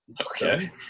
okay